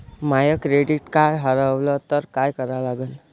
माय credit card हारवलं तर काय करा लागन?